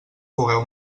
cogueu